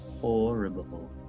horrible